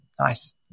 Nice